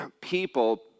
people